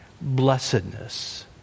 blessedness